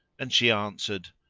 and she answered,